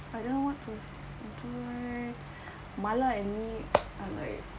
I don't know what to do eh mala and me are like